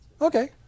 Okay